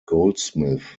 goldsmith